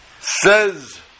says